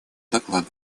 доклада